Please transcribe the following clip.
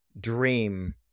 dream